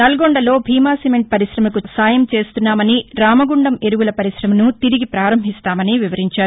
నల్గొండలో భీమ సిమెంట్ పరిశమకు సాయం చేస్తున్నామని రామగుండం ఎరువుల పరికమను తిరిగి పారంభిస్తామని వివరించారు